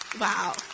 Wow